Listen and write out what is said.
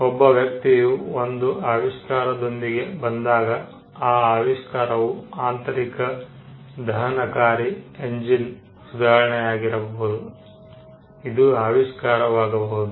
ಒಬ್ಬ ವ್ಯಕ್ತಿಯು ಒಂದು ಆವಿಷ್ಕಾರದೊಂದಿಗೆ ಬಂದಾಗ ಆ ಆವಿಷ್ಕಾರವು ಆಂತರಿಕ ದಹನಕಾರಿ ಎಂಜಿನ್ನ ಸುಧಾರಣೆಯಾಗಿರಬಹುದು ಅದು ಆವಿಷ್ಕಾರವಾಗಬಹುದು